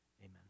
Amen